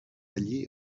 allí